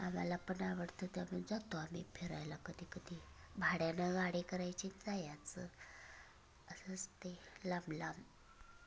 आम्हाला पण आवडतं तर आम्ही जातो आम्ही फिरायला कधी कधी भाड्यानं गाडी करायची जायचं असंच ते लांब लांब